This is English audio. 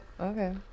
Okay